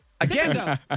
Again